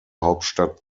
hauptstadt